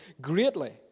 greatly